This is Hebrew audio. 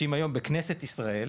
שאם היום בכנסת ישראל,